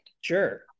sure